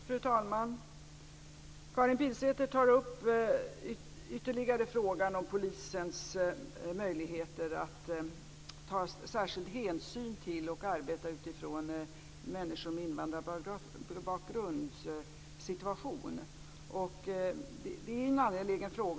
Fru talman! Karin Pilsäter berör ytterligare polisens möjligheter att ta särskild hänsyn till och förstå situationen för människor med invandrarbakgrund, och det är en angelägen fråga.